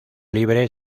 libre